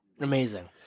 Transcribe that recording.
Amazing